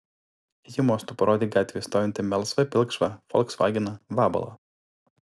ji mostu parodė gatvėje stovintį melsvai pilkšvą folksvageną vabalą